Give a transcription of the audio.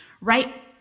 Right